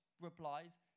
replies